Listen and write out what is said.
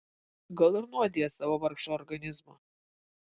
gal ir nuodija savo vargšą organizmą